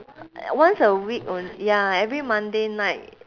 once a week on~ ya every monday night